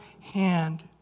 hand